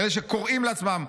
אלה שקוראים לעצמם,